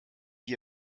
wir